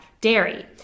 dairy